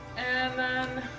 and ten